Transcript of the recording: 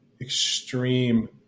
extreme